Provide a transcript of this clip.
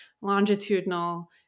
longitudinal